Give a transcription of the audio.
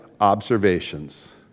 observations